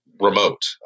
remote